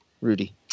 Rudy